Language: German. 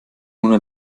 mona